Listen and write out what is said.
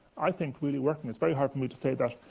i think, really working. it's very hard for me to say that,